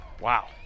Wow